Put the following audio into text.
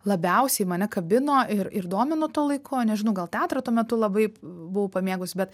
labiausiai mane kabino ir ir domino tuo laiku nežinau gal teatrą tuo metu labai buvau pamėgusi bet